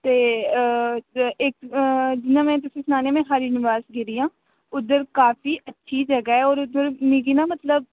ते जियां में तुसेंगी सनानी में हरी निवास गेदी आं उद्धर काफी अच्छी जगह ऐ होर उद्धर मिगी ना मतलब